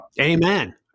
Amen